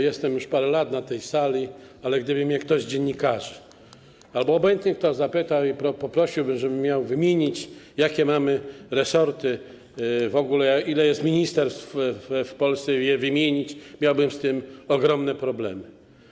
Jestem już parę lat na tej sali, ale gdyby mnie ktoś z dziennikarzy albo obojętnie kto zapytał i poprosił, żebym wymienił, jakie mamy resorty, w ogóle ile jest ministerstw w Polsce, i żeby je wymienić, miałbym z tym ogromne problemy.